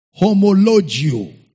Homologio